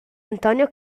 antonio